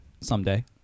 Someday